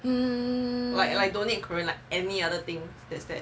mm